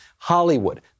Hollywood